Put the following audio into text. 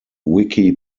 wiki